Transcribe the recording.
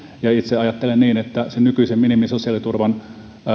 itse ajattelen niin että nykyisen minimisosiaaliturvan